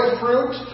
fruit